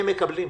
הם מקבלים,